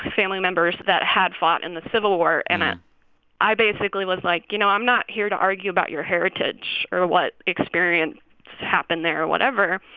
family members that had fought in the civil war. and i i basically was like, you know, i'm not here to argue about your heritage or what experience happened there or whatever.